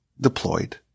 deployed